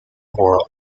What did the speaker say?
world